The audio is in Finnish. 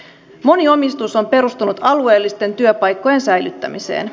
moni omistus on perustunut alueellisten työpaikkojen säilyttämiseen